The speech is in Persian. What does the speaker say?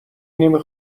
نمی